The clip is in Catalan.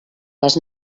les